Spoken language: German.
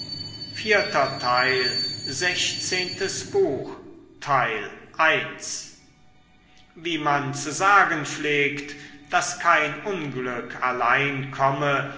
sechzehntes buch wie man zu sagen pflegt daß kein unglück allein komme